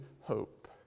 hope